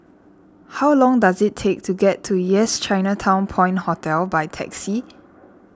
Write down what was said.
how long does it take to get to Yes Chinatown Point Hotel by taxi